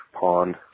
pond